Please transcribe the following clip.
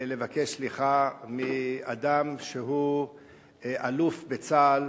לבקש סליחה מאדם שהוא אלוף בצה"ל,